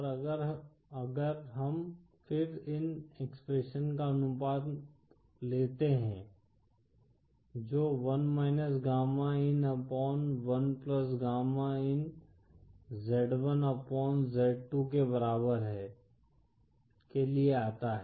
और अगर हम फिर इन एक्सप्रेशंस का अनुपात लेते हैं जो 1 गामा इन अपॉन 1 गामा इन z1 अपॉन z2 के बराबर के लिए आता है